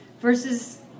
versus